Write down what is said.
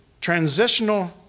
transitional